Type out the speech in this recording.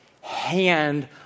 hand